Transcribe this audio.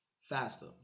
Faster